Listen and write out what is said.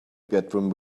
bedroom